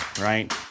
right